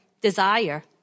desire